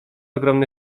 ogromny